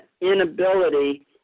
inability